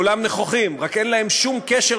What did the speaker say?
כולם נכוחים, רק אין להם שום קשר